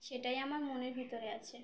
সেটাই আমার মনের ভিতরে আছে